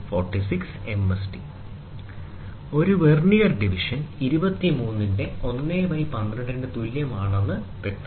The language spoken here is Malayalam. D Vernier Scale Division ഒരു വെർനിയർ ഡിവിഷൻ 23ന്റെ 112 ന് തുല്യമാണെന്ന് വ്യക്തമാണ്